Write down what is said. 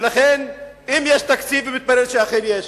ולכן, אם יש תקציב, אם מתברר שאכן יש,